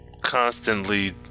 constantly